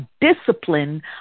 discipline